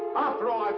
after all,